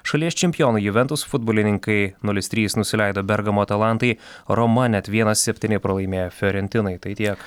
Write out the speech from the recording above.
šalies čempionai juventus futbolininkai nulis trys nusileido bergamo talantai roma net vienas septyni pralaimėjo fiorentinai tai tiek